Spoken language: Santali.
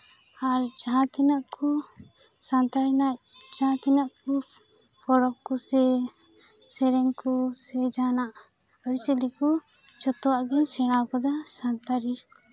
ᱟᱨ ᱡᱟᱦᱟᱸ ᱛᱤᱱᱟᱹᱜ ᱠᱚ ᱥᱟᱱᱛᱟᱲᱤ ᱨᱮᱱᱟᱜ ᱡᱟᱦᱟᱸ ᱛᱤᱱᱟᱹᱜ ᱠᱚ ᱯᱚᱨᱚᱵᱽ ᱠᱚᱥᱮ ᱥᱮᱨᱮᱧ ᱠᱚ ᱥᱮ ᱡᱟᱦᱟᱱᱟᱜ ᱟᱹᱨᱤᱪᱟᱹᱞᱤ ᱠᱚ ᱡᱷᱚᱛᱚᱣᱟᱜ ᱜᱮᱧ ᱥᱮᱬᱟᱣᱟᱠᱟᱫᱟ ᱥᱟᱱᱛᱟᱲᱤ